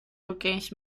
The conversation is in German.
rückgängig